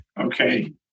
Okay